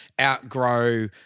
outgrow –